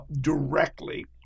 directly